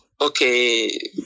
okay